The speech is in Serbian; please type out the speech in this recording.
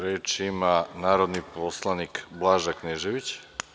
Reč ima narodni poslanik Blaža Knežević.